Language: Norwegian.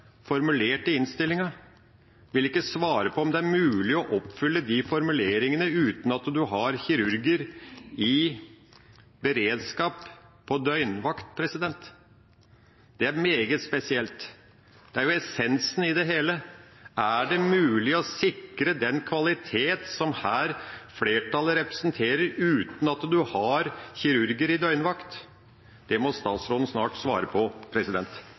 parti i innstillinga, ikke vil svare på om det er mulig å oppfylle de formuleringene uten at en har kirurger i beredskap på døgnvakt. Det er meget spesielt. Det er jo essensen i det hele: Er det mulig å sikre den kvaliteten som flertallet her representerer, uten at en har kirurger i døgnvakt? Det må statsråden snart svare på.